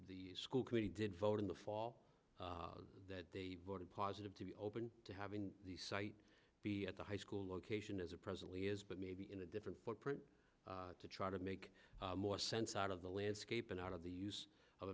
the school committee did vote in the fall that they voted positive to be open to having the site be at the high school location as it presently is but maybe different footprint to try to make more sense out of the landscape and out of the use of